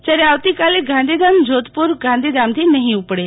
જ્યારે આવતીકાલે ગાંધીધામ જોધપુર ગાંધીધામથી નફી ઉપડે